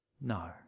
No